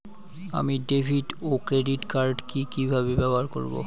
আমি ডেভিড ও credit card কি কিভাবে ব্যবহার করব?